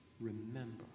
remember